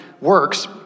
works